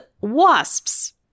Wasps